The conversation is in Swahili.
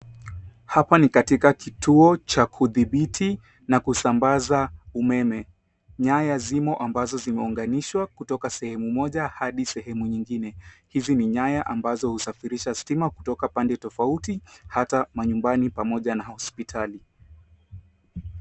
Hapa ni katika kituo cha kudhibiti na kusambaza umeme. Nyaya zimo ambazo zimeunganishwa kutoka sehemu moja hadi sehemu nyingine. Hizi ni nyaya ambazo husafirisha stima kutoka pande tofauti, hata manyumbani pamoja na hospitali.